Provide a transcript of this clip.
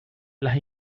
las